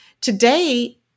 today